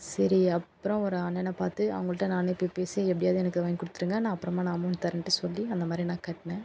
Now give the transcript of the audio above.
சரி அப்புறோம் ஒரு அண்ணனை பார்த்து அவங்கள்கிட்ட நானே போய் பேசி எப்படியாவது எனக்கு வாங்கி கொடுத்துடுங்க நான் அப்புறமா நான் அமௌன்ட் தரன்ட்டு சொல்லி அந்தமாதிரி நான் கட்டின